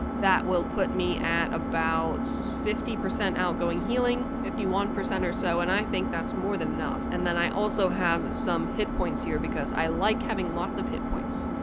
that will put me at about so fifty outgoing healing, fifty one percent or so, and i think that's more than enough. and then i also have some hit points here because i like having lots of hit points.